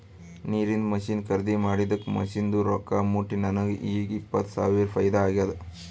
ನೀರಿಂದ್ ಮಷಿನ್ ಖರ್ದಿ ಮಾಡಿದ್ದುಕ್ ಮಷಿನ್ದು ರೊಕ್ಕಾ ಮುಟ್ಟಿ ನನಗ ಈಗ್ ಇಪ್ಪತ್ ಸಾವಿರ ಫೈದಾ ಆಗ್ಯಾದ್